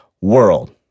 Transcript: world